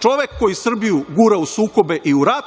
čovek koji Srbiju gura u sukobe i u rat